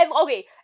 Okay